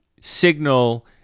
signal